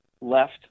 left